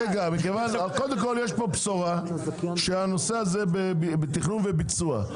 קודם כל יש פה בשורה, שהנושא הזה בתכנון וביצוע.